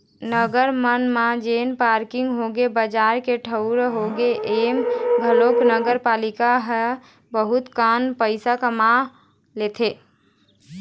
नगर मन म जेन पारकिंग होगे, बजार के ठऊर होगे, ऐमा घलोक नगरपालिका ह बहुत कन पइसा कमा लेथे